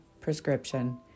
prescription